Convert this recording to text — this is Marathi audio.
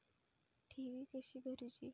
ठेवी कशी भरूची?